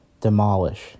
demolish